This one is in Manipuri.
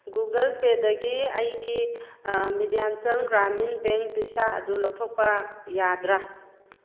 ꯒꯨꯒꯜ ꯄꯦꯗꯒꯤ ꯑꯩꯒꯤ ꯃꯦꯙ꯭ꯌꯥꯟꯆꯜ ꯒ꯭ꯔꯥꯃꯤꯟ ꯕꯦꯡ ꯕꯤꯁꯥ ꯑꯗꯨ ꯂꯧꯊꯣꯛꯄ ꯌꯥꯗ꯭ꯔꯥ